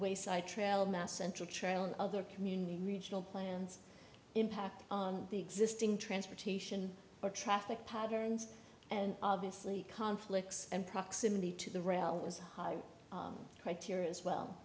wayside trail mass central trail and other community regional plans impact on the existing transportation or traffic patterns and obviously conflicts and proximity to the rail was high criteria as well